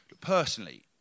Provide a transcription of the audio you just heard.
personally